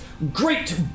Great